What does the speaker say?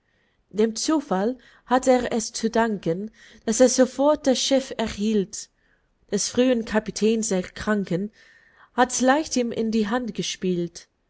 dem zufall hatt er es zu danken daß er sofort das schiff erhielt des frühern kapitäns erkranken hatt's leicht ihm in die hand gespielt